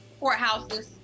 courthouses